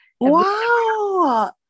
Wow